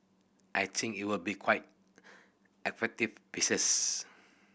I think it will be quite effective pieces